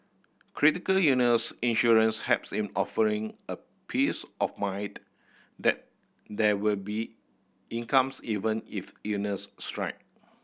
critical illness insurance helps in offering a peace of mind that there will be incomes even if illness strike